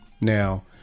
Now